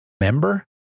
member